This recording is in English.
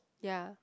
ya